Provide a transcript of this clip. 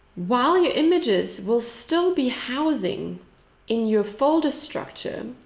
while your images will still be housing in your folder structure,